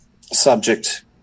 subject